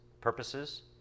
purposes